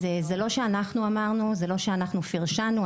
זה לא שאנחנו אמרנו, זה לא שאנחנו פרשנו.